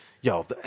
Yo